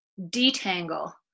detangle